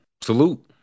salute